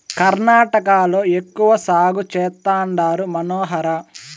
కర్ణాటకలో ఎక్కువ సాగు చేస్తండారు మనోహర